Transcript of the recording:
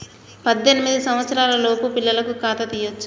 పద్దెనిమిది సంవత్సరాలలోపు పిల్లలకు ఖాతా తీయచ్చా?